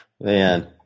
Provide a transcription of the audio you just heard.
man